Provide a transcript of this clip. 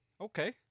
okay